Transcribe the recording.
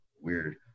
Weird